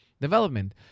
development